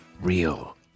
Real